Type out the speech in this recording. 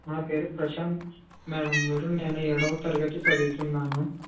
నా పేరు ప్రశాంత్ మేడం గారు నేను ఏడవ తరగతి చదువుతున్నాను